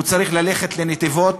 הוא צריך ללכת לנתיבות,